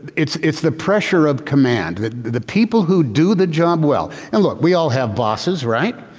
it's it's the pressure of command that the people who do the job well and look we all have bosses right?